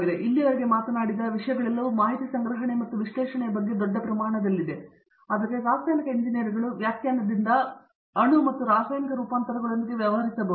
ಮತ್ತು ನಾವು ಇಲ್ಲಿಯವರೆಗೆ ಮಾತನಾಡಿದ ವಿಷಯಗಳೆಲ್ಲವೂ ಮಾಹಿತಿ ಸಂಗ್ರಹಣೆ ಮತ್ತು ವಿಶ್ಲೇಷಣೆಯ ಬಗ್ಗೆ ದೊಡ್ಡ ಪ್ರಮಾಣದಲ್ಲಿವೆ ಆದರೆ ರಾಸಾಯನಿಕ ಎಂಜಿನಿಯರ್ಗಳು ವ್ಯಾಖ್ಯಾನದಿಂದ ಅಣುಗಳು ಮತ್ತು ರಾಸಾಯನಿಕ ರೂಪಾಂತರಗಳೊಂದಿಗೆ ವ್ಯವಹರಿಸಬಹುದು